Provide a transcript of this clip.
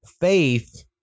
faith